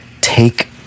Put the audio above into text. take